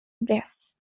dress